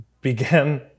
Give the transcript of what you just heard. began